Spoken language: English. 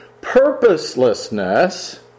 purposelessness